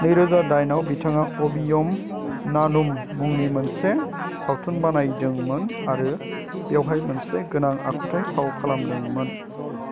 नैरोजा दाइनआव बिथाङा अभियम नानुम मुंनि मोनसे सावथुन बानायदोंमोन आरो बेवहाय मोनसे गोनां आखुथाय फाव खालामदोंमोन